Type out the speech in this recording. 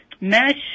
Mesh